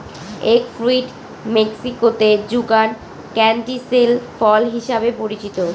egg fruit মেক্সিকোতে যুগান canistel ফল হিসাবে পরিচিত